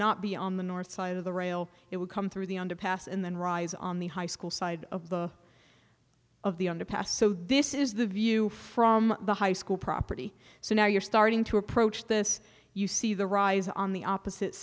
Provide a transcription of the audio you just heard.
not be on the north side of the rail it would come through the underpass and then rise on the high school side of the of the underpass so this is the view from the high school property so now you're starting to approach this you see the rise on the opposite